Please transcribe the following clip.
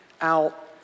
out